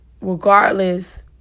regardless